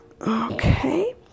okay